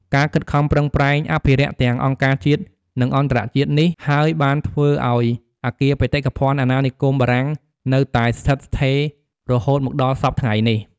ការខិតខំប្រឹងប្រែងអភិរក្សទាំងអង្គការជាតិ និងអន្តរជាតិនេះហើយបានធ្វើអោយអគារបេតិកភណ្ឌអាណានិគមបារាំងនៅតែស្ថិតស្ថេររហូតមកដល់សព្វថ្ងៃនេះ។